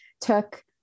took